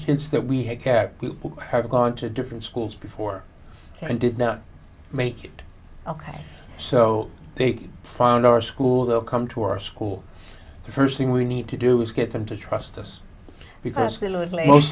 kids that we care people who have gone to different schools before and did not make it ok so they found our school they'll come to our school the first thing we need to do is get them to trust us because